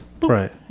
Right